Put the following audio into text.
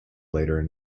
later